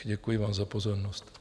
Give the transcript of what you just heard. Děkuji vám za pozornost.